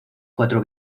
cuatro